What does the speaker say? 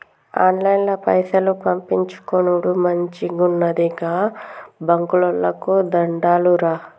ఆన్లైన్ల పైసలు పంపిచ్చుకునుడు మంచిగున్నది, గా బాంకోళ్లకు దండాలురా